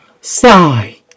Sigh